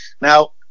Now